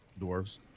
dwarves